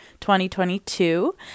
2022